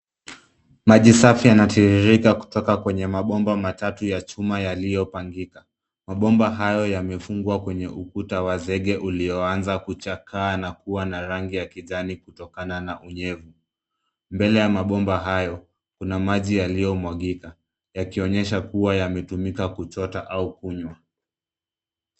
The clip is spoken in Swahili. Maji safi yanatiririka kutoka kwenye mabomba matatu ya chuma yaliyopangika .Mabomba hayo yamefungwa kwenye ukuta wa zege ulionza kuchakaa, na kuwa n rangi ya kijani kutokana na unyevu. Mbele ya mabomba hayo Kuna maji yaliyomwagika, yakionyesha kuwa yametumika kuchota au kunywa.